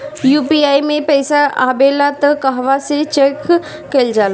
UPI मे पइसा आबेला त कहवा से चेक कईल जाला?